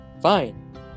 fine